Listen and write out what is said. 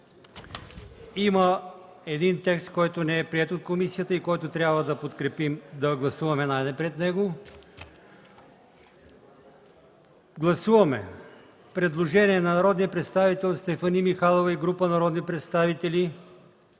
Има един текст, който не е подкрепен от комисията и трябва най-напред да гласуваме него. Гласуваме предложение на народния представител Стефани Михайлова и група народни представители